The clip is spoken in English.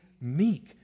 meek